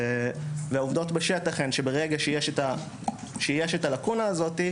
והעובדות בשטח הן שברגע שיש את הלקונה הזאת,